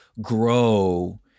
grow